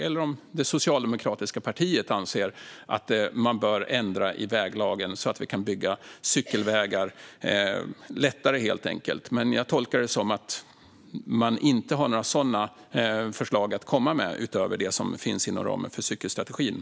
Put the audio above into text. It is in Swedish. Anser det socialdemokratiska partiet att man bör ändra i väglagen, så att vi kan bygga cykelvägar lättare? Jag tolkar det som att man inte har några sådana förslag att komma med utöver det som finns inom ramen för cykelstrategin.